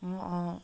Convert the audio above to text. অঁ অঁ